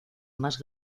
más